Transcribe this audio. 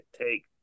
take